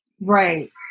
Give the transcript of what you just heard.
Right